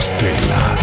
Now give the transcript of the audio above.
Stella